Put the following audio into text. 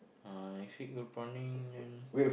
uh next week go prawning then